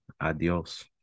adios